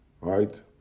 right